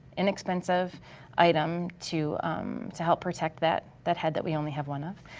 inexpensive item to to help protect that that head that we only have one of,